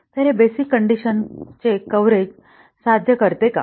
तर हे बेसिक कंडिशनचे कव्हरेज साध्य करते का